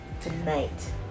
tonight